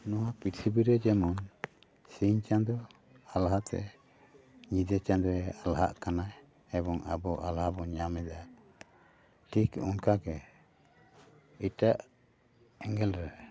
ᱱᱚᱣᱟ ᱯᱤᱨᱛᱷᱤᱵᱤ ᱨᱮ ᱡᱮᱢᱚᱱ ᱥᱤᱧ ᱪᱟᱸᱫᱚ ᱟᱞᱦᱟ ᱛᱮ ᱧᱤᱫᱟᱹ ᱪᱟᱫᱚᱭ ᱟᱞᱦᱟᱜ ᱠᱟᱱᱟ ᱮᱵᱚᱝ ᱟᱵᱚ ᱟᱞᱦᱟ ᱵᱚᱱ ᱧᱟᱢᱮᱫᱟ ᱴᱷᱤᱠ ᱚᱱᱠᱟ ᱜᱮ ᱮᱴᱟᱜ ᱮᱸᱜᱮᱞ ᱨᱮ